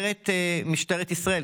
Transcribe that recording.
אני יודעת שאין אופציה אחרת ושישראל תנצח.